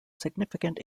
significant